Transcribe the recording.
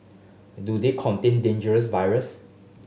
do they contain dangerous virus